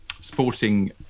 sporting